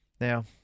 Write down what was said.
Now